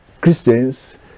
Christians